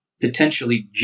potentially